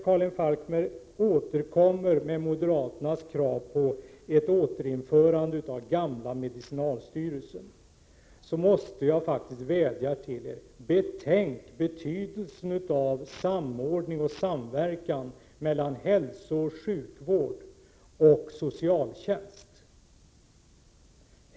Karin Falkmer återkommer med moderaternas krav på ett återinrättande av gamla medicinalstyrelsen, och då måste jag vädja till er: Betänk betydelsen av samordning och samverkan mellan hälsooch sjukvård och socialtjänst!